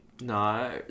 No